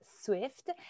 swift